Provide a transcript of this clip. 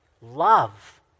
love